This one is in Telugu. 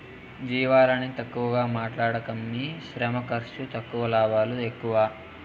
జీవాలని తక్కువగా మాట్లాడకమ్మీ శ్రమ ఖర్సు తక్కువ లాభాలు ఎక్కువ